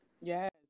Yes